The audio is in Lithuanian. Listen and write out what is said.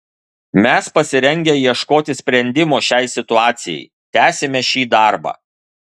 mes pasirengę ieškoti sprendimo šiai situacijai tęsime šį darbą